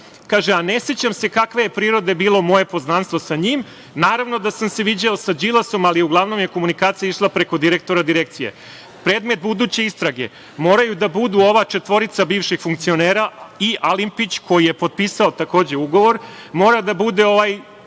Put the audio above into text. kaže – a ne sećam se kakve je prirode bilo moje poznanstvo sa njim. Naravno da sam se viđao sa Đilasom, ali uglavnom je komunikacija išla preko direktora Direkcije. Predmet buduće istrage moraju da budu ova četvorica bivših funkcionera i Alimpić koji je potpisao takođe ugovor. Mora da bude